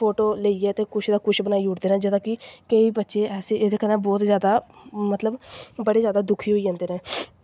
photo लेइयै ते कुछ दा कुछ बनाई ओड़दे न जेह्दा कि केईं बच्चे ऐसे एह्दे कन्नै बौह्त जादा मतलब बड़े जादा दुखी होई जंदे न